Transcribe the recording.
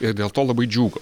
ir dėl to labai džiūgau